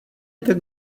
tak